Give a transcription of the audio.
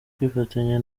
kwifatanya